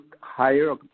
higher